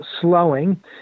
slowing